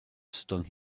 stung